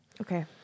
Okay